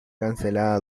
cancelada